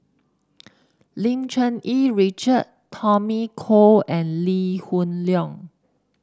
Lim Cherng Yih Richard Tommy Koh and Lee Hoon Leong